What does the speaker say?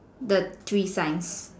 the three signs